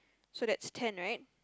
so that's ten right